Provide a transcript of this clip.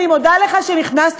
אני מודה לך שנכנסת,